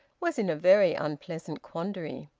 was in a very unpleasant quandary.